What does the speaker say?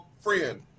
friend